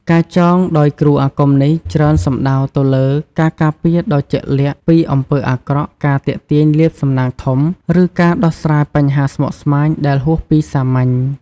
ការចងដោយគ្រូអាគមនេះ ច្រើនសំដៅទៅលើការការពារដ៏ជាក់លាក់ពីអំពើអាក្រក់ ការទាក់ទាញលាភសំណាងធំ ឬការដោះស្រាយបញ្ហាស្មុគស្មាញដែលហួសពីសាមញ្ញ។